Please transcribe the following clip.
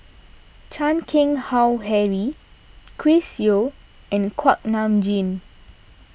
Chan Keng Howe Harry Chris Yeo and Kuak Nam Jin